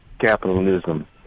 capitalism